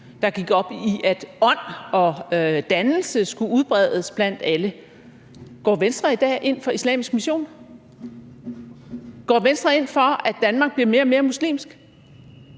der gik op i, at ånd og dannelse skulle udbredes blandt alle. Går Venstre i dag ind for islamisk mission? Går Venstre ind for, at Danmark bliver mere og mere muslimsk?